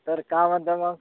तर काय म्हणतं मग